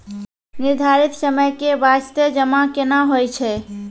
निर्धारित समय के बास्ते जमा केना होय छै?